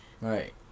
Right